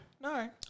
No